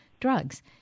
drugs